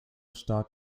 stark